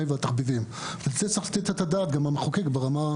זה לא יתכן, זה לא קורה.